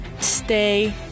stay